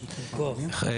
יישר כוח.